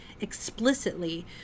explicitly